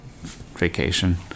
vacation